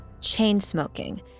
chain-smoking